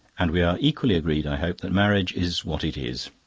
and we are equally agreed, i hope, that marriage is what it is.